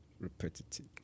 repetitive